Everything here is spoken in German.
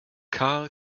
karl